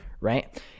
right